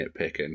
nitpicking